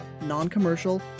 non-commercial